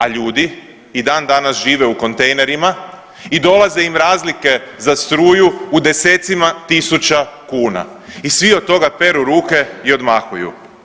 A ljudi i dan danas žive u kontejnerima i dolaze im razlike za struju u desecima tisuća kuna i svi od toga peru ruke i odmahuju.